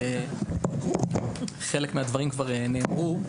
חלק מהדברים כבר נאמרו,